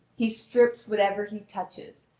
he strips whatever he touches,